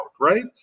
right